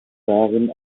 darin